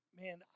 man